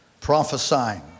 Prophesying